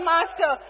Master